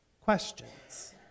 questions